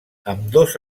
ambdós